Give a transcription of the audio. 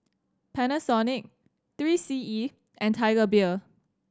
Panasonic Three C E and Tiger Beer